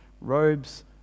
robes